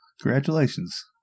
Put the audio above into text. congratulations